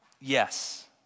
yes